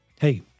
Hey